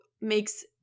makes –